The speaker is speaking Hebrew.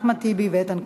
אחמד טיבי ואיתן כבל.